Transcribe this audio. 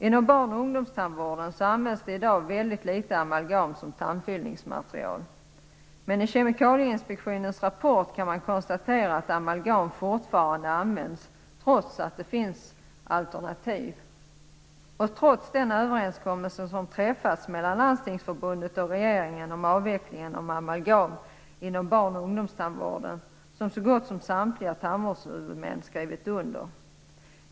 Inom barn och ungdomstandvården används det i dag väldigt litet amalgam som tandfyllnadsmaterial. Men i Kemikalieinspektionens rapport kan man konstatera att amalgam fortfarande används - trots att det finns alternativ. Amalgam används trots den överenskommelse som träffats mellan Landstingsförbundet och regeringen om avvecklingen av amalgam inom barn och ungdomstandvården och som så gott som samtliga tandvårdshuvudmän skrivit under.